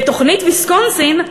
בתוכנית ויסקונסין,